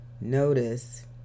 notice